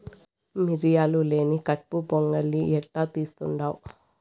మిరియాలు లేని కట్పు పొంగలి ఎట్టా తీస్తుండావ్